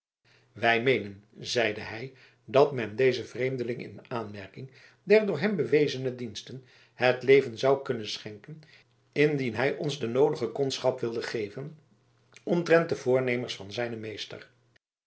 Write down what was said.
wij meenen zeide hij dat men dezen vreemdeling in aanmerking der door hem bewezene diensten het leven zou kunnen schenken indien hij ons de noodige kondschap wilde geven omtrent de voornemens van zijnen meester